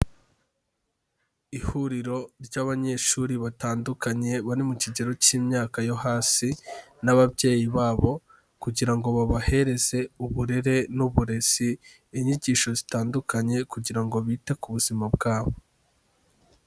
Ihuriro ry'abanyeshuri batandukanye bari mu kigero cy'imyaka yo hasi n'ababyeyi babo kugira ngo babahereze uburere n'uburezi, inyigisho zitandukanye kugira ngo bite ku buzima bwabo.